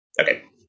Okay